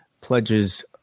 pledges